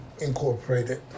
Incorporated